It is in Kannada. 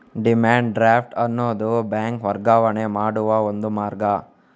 ಡಿಮ್ಯಾಂಡ್ ಡ್ರಾಫ್ಟ್ ಅನ್ನುದು ಬ್ಯಾಂಕ್ ವರ್ಗಾವಣೆ ಮಾಡುವ ಒಂದು ಮಾರ್ಗ